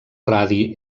radi